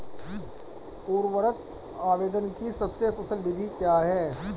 उर्वरक आवेदन की सबसे कुशल विधि क्या है?